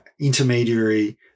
intermediary